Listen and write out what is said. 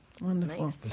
Wonderful